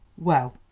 well,